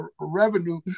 revenue